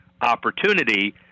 opportunity